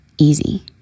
easy